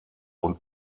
und